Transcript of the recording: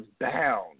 bound